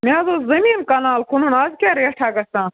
مےٚ حظ اوس زٔمیٖن کَنال کٔنُن آز کیٛاہ ریٹھا گژھان